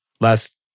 last